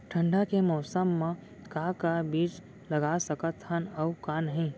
ठंडा के मौसम मा का का बीज लगा सकत हन अऊ का नही?